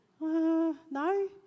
no